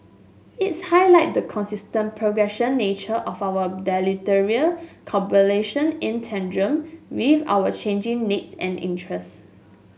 is highlight the constantly progressing nature of our bilateral cooperation in tandem with our changing need and interests